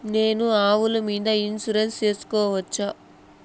నేను ఆవుల మీద ఇన్సూరెన్సు సేసుకోవచ్చా?